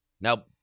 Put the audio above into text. now